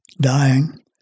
dying